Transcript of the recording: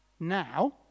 now